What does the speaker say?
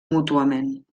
mútuament